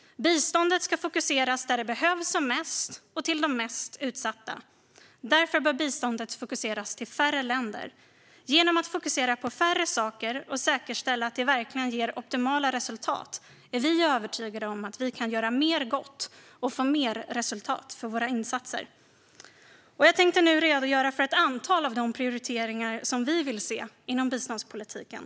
Biståndet ska fokuseras där det behövs som mest och till de mest utsatta. Därför bör biståndet fokuseras till färre länder. Genom att fokusera på färre saker och säkerställa att de verkligen ger optimala resultat är vi övertygade om att vi kan göra mer gott och få mer resultat för våra insatser. Jag tänkte nu redogöra för ett antal av de prioriteringar som vi vill se inom biståndspolitiken.